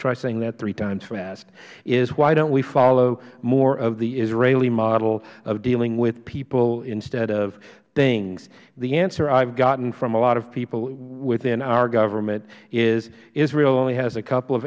try saying that three times fasth is why don't we follow more of the israeli model of dealing with people instead of things the answer i have gotten from a lot of people within our government is israel only has a couple of